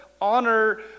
honor